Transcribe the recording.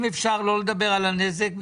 אם אפשר לדבר רק על המס ולא על הנזק.